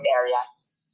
areas